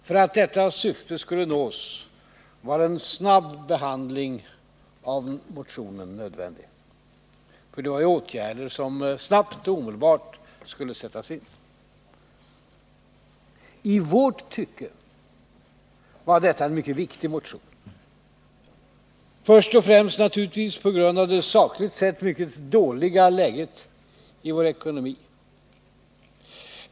För att detta syfte skulle nås var en snabb behandling av motionen nödvändig — det var ju åtgärder som omedelbart skulle sättas in. I vårt tycke var detta en mycket viktig motion, först och främst naturligtvis på grund av det sakligt sett mycket dåliga läget i vår ekonomi.